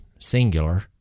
singular